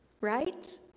right